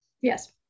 Yes